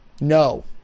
No